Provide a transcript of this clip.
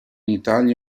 italia